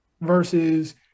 versus